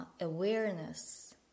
awareness